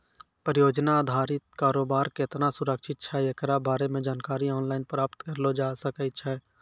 परियोजना अधारित कारोबार केतना सुरक्षित छै एकरा बारे मे जानकारी आनलाइन प्राप्त करलो जाय सकै छै